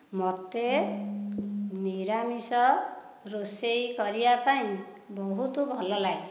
ମୋତେ ନିରାମିଷ ରୋଷେଇ କରିବା ପାଇଁ ବହୁତ ଭଲ ଲାଗେ